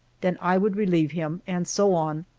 then i would relieve him, and so on.